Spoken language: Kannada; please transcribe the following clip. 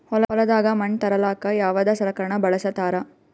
ಹೊಲದಾಗ ಮಣ್ ತರಲಾಕ ಯಾವದ ಸಲಕರಣ ಬಳಸತಾರ?